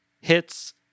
hits